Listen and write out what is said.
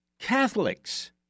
Catholics